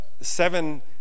Seven